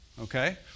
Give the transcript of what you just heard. okay